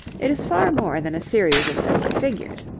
it is far more than a series of separate figures.